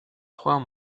trois